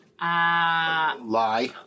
Lie